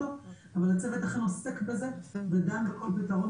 אבל הצוות אכן עוסק בזה וגם בכל פתרון